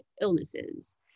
illnesses